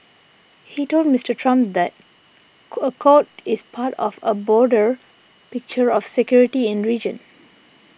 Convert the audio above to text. he told Mister Trump the accord is part of a broader picture of security in region